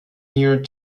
year